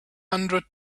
hundred